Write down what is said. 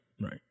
right